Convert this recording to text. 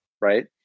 Right